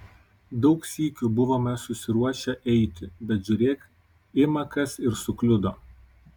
daug sykių buvome susiruošę eiti bet žiūrėk ima kas ir sukliudo